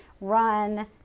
run